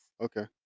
Okay